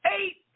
eight